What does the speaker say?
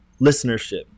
listenership